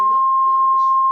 (הפרעה במערכת השמע